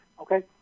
okay